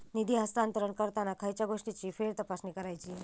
निधी हस्तांतरण करताना खयच्या गोष्टींची फेरतपासणी करायची?